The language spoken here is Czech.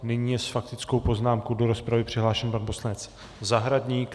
Nyní je s faktickou poznámkou do rozpravy přihlášen pan poslanec Zahradník.